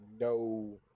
no